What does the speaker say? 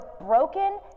broken